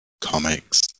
comics